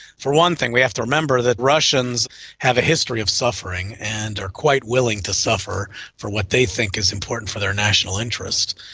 one thing we have to remember that russians have a history of suffering and are quite willing to suffer for what they think is important for their national interest.